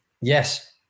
Yes